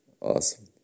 Awesome